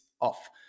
off